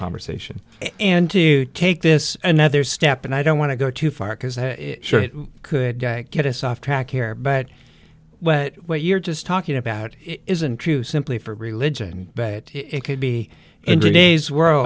conversation and to take this another step and i don't want to go too far because i sure it could get us off track here but what what you're just talking about isn't true simply for religion but it could be ending days w